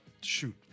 shoot